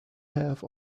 have